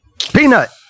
Peanut